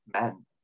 men